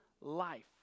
life